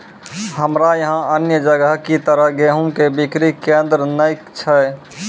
हमरा यहाँ अन्य जगह की तरह गेहूँ के बिक्री केन्द्रऽक नैय छैय?